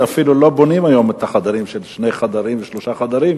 שאפילו לא בונים היום את הדירות של שני חדרים ושלושה חדרים.